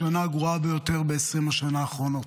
השנה הגרועה ביותר ב-20 השנים האחרונות.